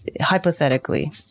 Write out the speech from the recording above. hypothetically